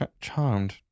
charmed